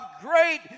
great